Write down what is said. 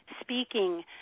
speaking